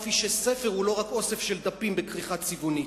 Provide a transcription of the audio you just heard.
כפי שספר הוא לא רק אוסף של דפים בכריכה צבעונית.